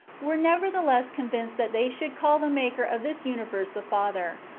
were nevertheless convinced that they should call the maker of this universe the father,